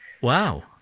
Wow